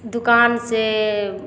दोकानसँ